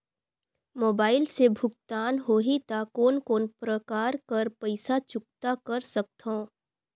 Mobile से भुगतान होहि त कोन कोन प्रकार कर पईसा चुकता कर सकथव?